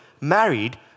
married